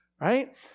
Right